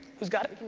who's got it?